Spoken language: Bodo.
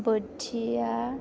बोथिया